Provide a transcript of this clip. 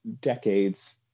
decades